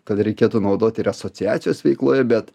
kad reikėtų naudoti ir asociacijos veikloje bet